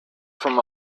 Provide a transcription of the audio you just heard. from